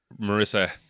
Marissa